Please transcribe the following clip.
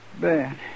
bad